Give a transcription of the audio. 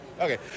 Okay